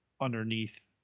underneath